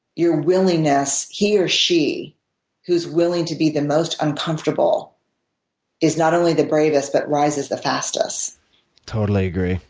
your willingness, he or she who is willing to be the most uncomfortable is not only the bravest, but rises the fastest. totally agree.